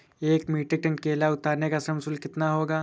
एक metric ton केला उतारने का श्रम शुल्क कितना होगा?